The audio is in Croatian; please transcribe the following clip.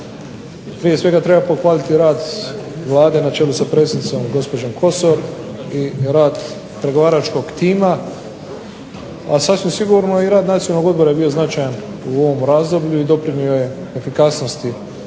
Prije svega treba pohvaliti rad Vlade na čelu sa predsjednicom gospođom Kosor i rad pregovaračkog tima, a sasvim sigurno i rad Nacionalnog odbora je bio značajan u ovom razdoblju i doprinio je efikasnosti